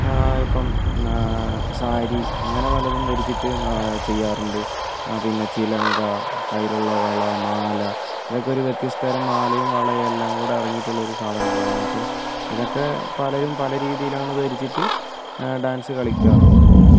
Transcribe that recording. ഇപ്പം സാരി അങ്ങനെ പലതും ധരിച്ചിട്ട് ചെയ്യാറുണ്ട് പിന്നെ ചിലങ്ക കയ്യിലുള്ള വള മാല ഇതൊക്കെ ഒരു വ്യത്യസ്ത തരം മാലയും വളയും എല്ലാം കൂടി അടങ്ങിയിട്ടുള്ള ഒരു സാധനങ്ങളാണ് അപ്പം ഇതൊക്കെ പലരും പല രീതിയിലാണ് ധരിച്ചിട്ട് ഡാൻസ് കളിക്കാറുള്ളത്